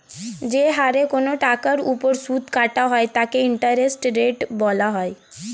যে হারে কোন টাকার উপর সুদ কাটা হয় তাকে ইন্টারেস্ট রেট বলা হয়